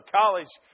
college